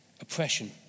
oppression